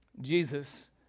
Jesus